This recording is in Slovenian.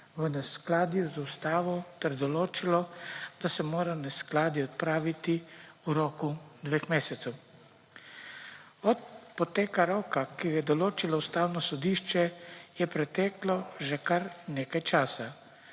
v neskladju z ustavo ter določilo, da se mora neskladje odpraviti v roku dveh mesecev. Od poteka roka, ki ga je določilo Ustavno sodišče, je preteklo že kar nekaj časa.